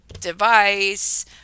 device